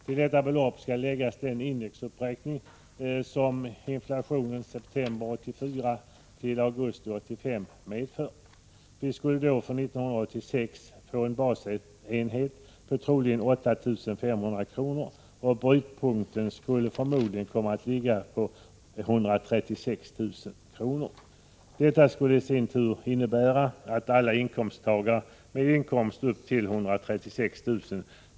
Till detta skall läggas den indexuppräkning som inflationen under tiden september 1984-augusti 1985 medför. Vi skulle då för 1986 troligen få en basenhet på 8 500 kr. och brytpunkten skulle komma att ligga på 136 000. Detta skulle i sin tur innebära att alla inkomsttagare med inkomst på upp till 136 000 kr.